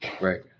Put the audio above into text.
Right